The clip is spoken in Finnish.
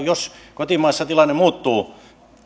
jos kotimaassa tilanne muuttuu